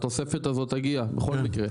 התוספת הזאת תגיע בכל מקרה.